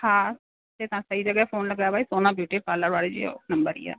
हा हिते तव्हां सही जॻह फोन लॻायो आहे भई सोना ब्यूटी पार्लर वारी जो नंबर ई आहे